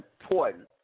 important